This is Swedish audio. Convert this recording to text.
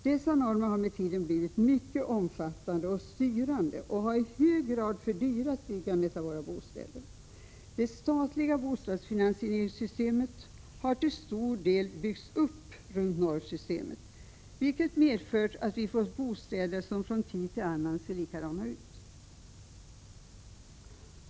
Dessa normer har med tiden blivit mycket omfattande och styrande och har i hög grad fördyrat byggandet av våra bostäder. Det statliga bostadsfinanseringssystemet har till stor del byggts upp kring normsystemet, vilket medfört att vi fått bostäder som kommit att se likadana ut, oavsett vid vilken tidpunkt de har byggts.